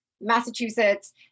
Massachusetts